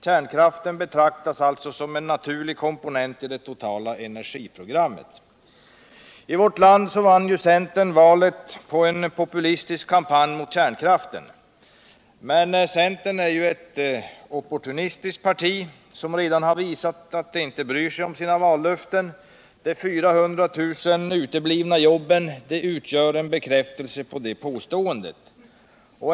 Kärnkraften betraktas som en naturlig komponent i det totala energiprogrammet. I vårt land vann ju centern valet på en populistisk kampanj mot kärnkraften. Men centern är ett opportunistiskt parti, som redan har visat att de inte bryr sig om sina vallöften. De 400 000 uteblivna jobben utgör en bekräftelse på detta påstende.